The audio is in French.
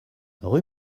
rue